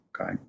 Okay